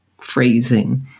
phrasing